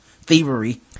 thievery